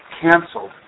canceled